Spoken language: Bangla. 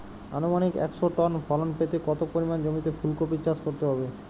আনুমানিক একশো টন ফলন পেতে কত পরিমাণ জমিতে ফুলকপির চাষ করতে হবে?